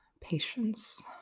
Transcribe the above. patience